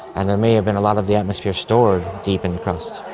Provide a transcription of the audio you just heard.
and there may have been a lot of the atmosphere stored deep in the crust.